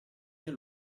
mio